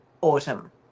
Autumn